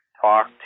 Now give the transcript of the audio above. talk